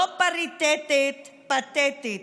לא פריטטית, פאתטית.